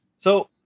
So-